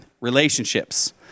relationships